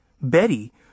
Betty